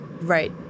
Right